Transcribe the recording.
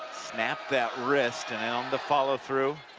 snapped that wrist and on the follow-through,